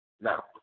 Now